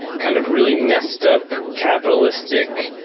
kind of, really messed up, capitalistic,